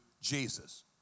Jesus